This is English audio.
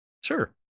sure